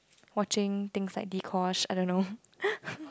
watching things like Dee-Kosh I don't know